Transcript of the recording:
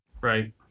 Right